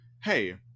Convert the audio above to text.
hey